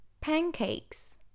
Pancakes